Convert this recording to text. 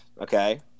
okay